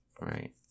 right